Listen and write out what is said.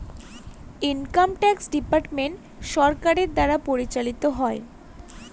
income tax department সরকারের দ্বারা পরিচালিত হয়